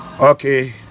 Okay